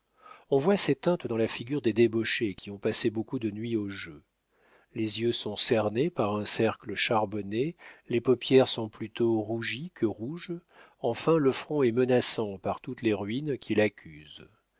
on voit ces teintes dans la figure des débauchés qui ont passé beaucoup de nuits au jeu les yeux sont cernés par un cercle charbonné les paupières sont plutôt rougies que rouges enfin le front est menaçant par toutes les ruines qu'il accuse